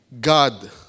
God